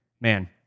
man